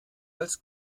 als